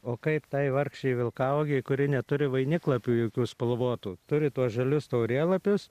o kaip tai vargšei vilkauogei kuri neturi vainiklapių jokių spalvotų turi tuos žalius taurėlapius